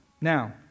Now